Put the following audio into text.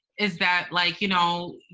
is that like, you know,